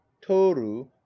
toru